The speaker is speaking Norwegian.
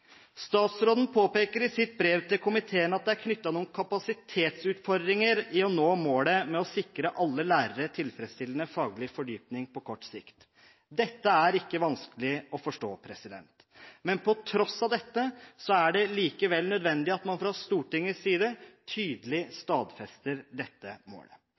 Statsråden påpeker i sitt brev til komiteen at det er knyttet noen kapasitetsutfordringer til det å nå målet om å sikre alle lærere tilfredsstillende faglig fordypning på kort sikt. Dette er ikke vanskelig å forstå. På tross av dette er det likevel nødvendig at man fra Stortingets side tydelig stadfester dette målet.